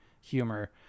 humor